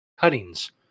cuttings